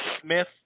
Smith